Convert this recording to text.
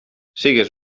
sigues